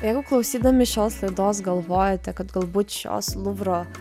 jeigu klausydami šios laidos galvojate kad galbūt šios luvro